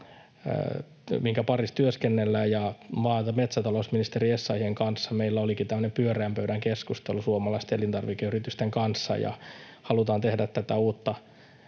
nyt sitten työskennellään. Maa‑ ja metsätalousministeri Essayahin kanssa meillä olikin tämmöinen pyöreän pöydän keskustelu suomalaisten elintarvikeyritysten kanssa. Halutaan tehdä tätä uutta